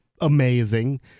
amazing